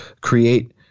create